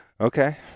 okay